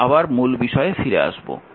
আমি আবার মূল বিষয়ে ফিরে আসব